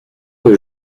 que